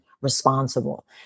responsible